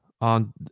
on